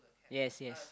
yes yes